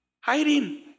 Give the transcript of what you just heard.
hiding